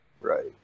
right